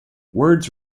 words